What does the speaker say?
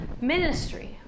ministry